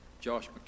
Josh